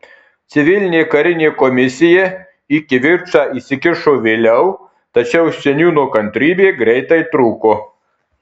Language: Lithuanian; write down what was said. civilinė karinė komisija į kivirčą įsikišo vėliau tačiau seniūno kantrybė greitai trūko